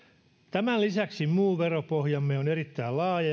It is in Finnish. tämän lisäksi muu veropohjamme on erittäin laaja